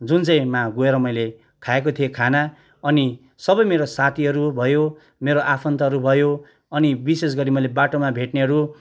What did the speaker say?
जुन चाहिँमा गएर मैले खाएको थिएँ खाना अनि सबै मेरो साथीहरू भयो मेरो आफन्तहरू भयो अनि विशेष गरी मैले बाटोमा भेट्नेहरू